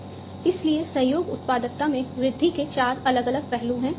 इसलिए सहयोग उत्पादकता में वृद्धि के चार अलग अलग पहलू हैं